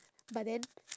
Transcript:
but then